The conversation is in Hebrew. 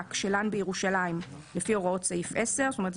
ח"כ שלן בירושלים לפי הוראות סעיף 10. זאת אומרת,